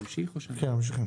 ממשיכים.